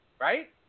right